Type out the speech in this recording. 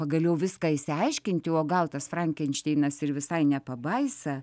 pagaliau viską išsiaiškinti o gal tas frankenšteinas ir visai ne pabaisa